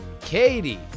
Katie